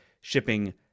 shipping